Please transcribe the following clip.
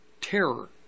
terror